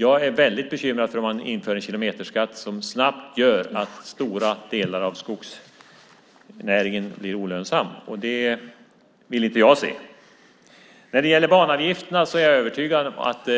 Jag är bekymrad över att en kilometerskatt införs som snabbt gör att stora delar av skogsnäringen blir olönsam. Det vill inte jag se. När det gäller banavgifterna är jag övertygad om att